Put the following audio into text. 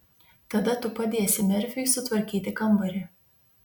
tada tu padėsi merfiui sutvarkyti kambarį